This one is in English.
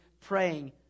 praying